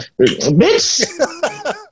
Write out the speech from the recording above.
Bitch